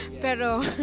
Pero